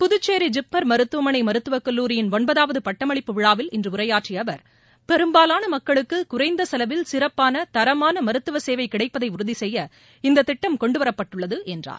புதுச்சேரி ஜிப்மர் மருத்துவமனை மருத்துவக் கல்லூரியின் ஒன்பதாவது பட்டமளிப்பு விழாவில் இன்று உரையாற்றிய அவர் பெரும்பாலான மக்களுக்கு குறைந்த செலவில் சிறப்பான தரமான மருத்துவ சேவை கிடைப்பதை உறுதி செய்ய இந்த திட்டம் கொண்டுவரப்பட்டுள்ளது என்றார்